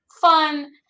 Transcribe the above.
fun